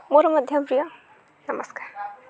ମୋର ମଧ୍ୟ ପ୍ରିୟ ନମସ୍କାର